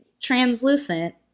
translucent